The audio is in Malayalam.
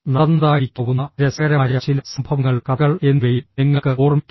നടന്നതായിരിക്കാവുന്ന രസകരമായ ചില സംഭവങ്ങൾ കഥകൾ എന്നിവയും നിങ്ങൾക്ക് ഓർമ്മിക്കാം